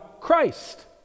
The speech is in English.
Christ